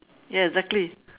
ya exactly